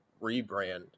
rebrand